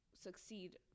succeed